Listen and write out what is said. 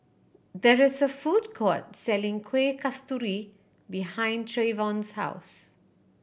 there is a food court selling Kuih Kasturi behind Trayvon's house